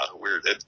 weird